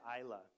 Isla